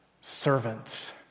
servant